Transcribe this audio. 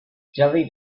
jelly